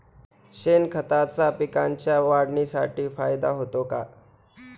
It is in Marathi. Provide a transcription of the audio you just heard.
शेणखताचा पिकांच्या वाढीसाठी फायदा होतो का?